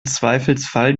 zweifelsfall